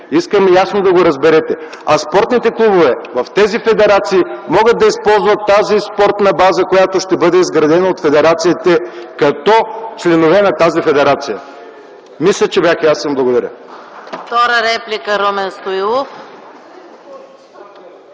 искам ясно да го разберете, а спортните клубове в тези федерации могат да използват спортната база, която ще бъде изградена от федерациите, като членове на тази федерация. Мисля, че бях ясен. Благодаря.